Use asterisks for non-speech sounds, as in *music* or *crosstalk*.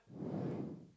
*breath*